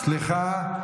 סליחה.